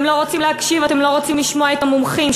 אתם לא רוצים לשמוע את המומחים.